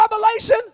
revelation